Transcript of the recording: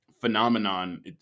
phenomenon